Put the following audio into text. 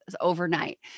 overnight